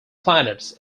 planets